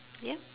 ya